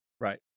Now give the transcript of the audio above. Right